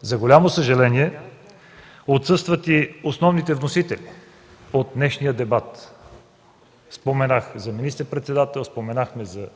За голямо съжаление, от днешния дебат отсъстват и основните вносители. Споменахме за министър-председател, споменахме за